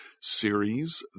series